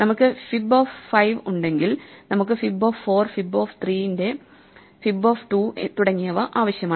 നമുക്ക് fib of 5 ഉണ്ടെങ്കിൽ നമുക്ക് fib ഓഫ് 4 fib ഓഫ് 3 ന്റെ fib ഓഫ് 2 തുടങ്ങിയവ ആവശ്യമാണ്